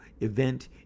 event